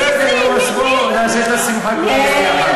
בסדר, נעשה כולנו שמחה ביחד.